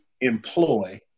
employ